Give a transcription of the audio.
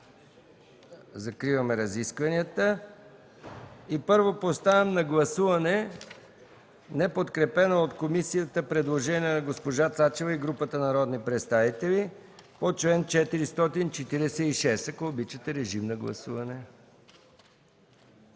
Закриваме разискванията. Първо поставям на гласуване неподкрепеното от комисията предложение на госпожа Цачева и група народни представители по чл. 446. Моля, гласувайте.